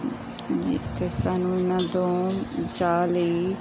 ਅਤੇ ਸਾਨੂੰ ਇਹਨਾਂ ਤੋਂ ਬਚਾਅ ਲਈ